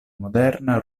moderna